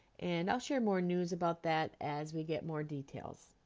and i'll share more news about that as we get more details.